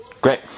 Great